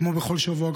כמו בכל שבוע,